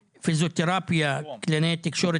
-- משלמים לגן תקשורת גם כשאין קלינאית תקשורת,